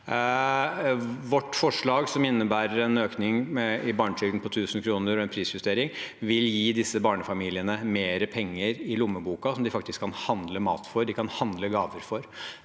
Vårt forslag, som innebærer en økning i barnetrygden på 1 000 kr og en prisjustering, vil gi disse barnefamiliene mer penger i lommeboka, som de faktisk kan handle mat eller gaver for.